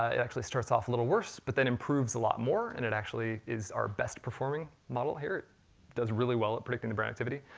ah it actually starts off a little worse, but then improves a lot more, and it actually is our best performing model here, it does really well at predicting the brain activity.